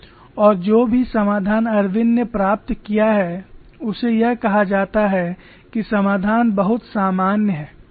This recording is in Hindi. और जो भी समाधान इरविन ने प्राप्त किया है उसे यह कहा जाता है कि समाधान बहुत सामान्य है